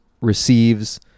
receives